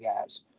guys